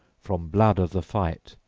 from blood of the fight,